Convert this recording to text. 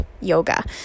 yoga